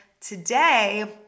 today